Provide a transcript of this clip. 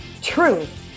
Truth